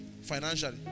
financially